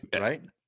right